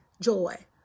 joy